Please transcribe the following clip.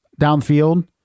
downfield